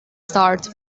start